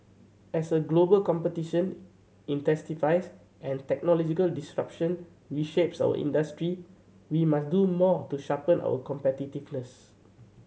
as a global competition intensifies and technological disruption reshapes our industry we must do more to sharpen our competitiveness